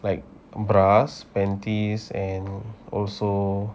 like bras panties and also